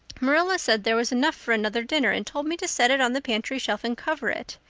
marilla said there was enough for another dinner and told me to set it on the pantry shelf and cover it.